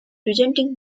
presenting